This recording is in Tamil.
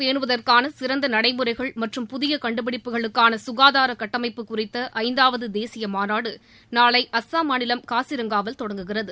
பேனுவதற்கான நடைமுறைகள் சுகாதாரத்தை சிறந்த மற்றும் புதிய கண்டுபிடிப்புகளுக்கான சுகாதார கட்டமைப்பு குறித்த ஐந்தாவது தேசிய மாநாடு நாளை அசாம் மாநிலம் காசிரங்காவில் தொடங்குகிறது